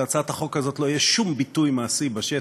שלהצעת החוק הזאת לא יהיה שום ביטוי מעשי בשטח.